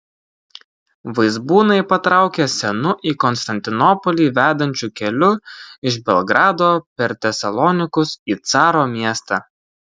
vaizbūnai patraukė senu į konstantinopolį vedančiu keliu iš belgrado per tesalonikus į caro miestą